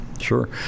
sure